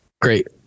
Great